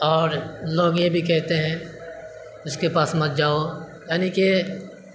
اور لوگ یہ بھی کہتے ہیں اس کے پاس مت جاؤ یعنی کہ